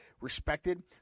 respected